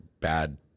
Bad